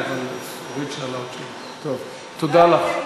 תודה לך.